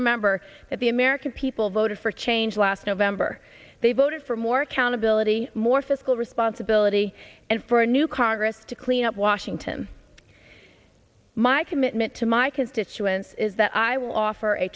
remember that the american people voted for change last november they voted for more accountability more fiscal responsibility and for a new congress to clean up washington my commitment to my constituents is that i will offer a